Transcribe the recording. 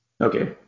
Okay